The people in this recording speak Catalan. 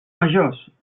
majors